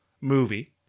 movie